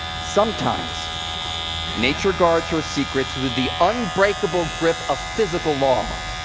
sometimes nature guards her secrets with the unbreakable grip of physical law.